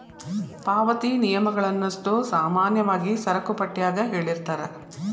ಪಾವತಿ ನಿಯಮಗಳನ್ನಷ್ಟೋ ಸಾಮಾನ್ಯವಾಗಿ ಸರಕುಪಟ್ಯಾಗ ಹೇಳಿರ್ತಾರ